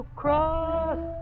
cross